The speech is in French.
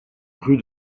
rue